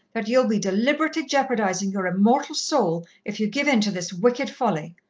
that ye'll be deliberately jeopardizing your immortal soul, if ye give in to this wicked folly.